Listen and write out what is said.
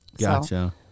Gotcha